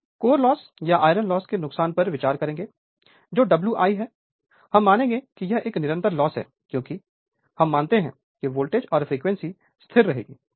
Refer Slide Time 1458 core loss या iron loss के नुकसान पर विचार करेंगे जो Wi है हम मानेंगे कि यह एक निरंतर लॉस है क्योंकि हम मानते हैं कि वोल्टेज और फ्रीक्वेंसी स्थिर रहेगी